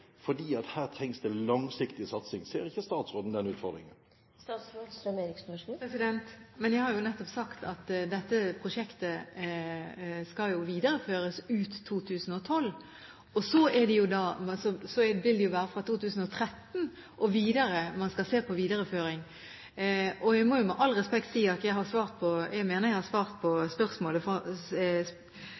her trengs det langsiktig satsing. Ser ikke statsråden den utfordringen? Men jeg har jo nettopp sagt at dette prosjektet skal videreføres ut 2012, og så vil det være fra 2013 og videre at man skal se på videreføringen. Jeg må, med all respekt, si at jeg mener jeg har svart på